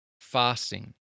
fasting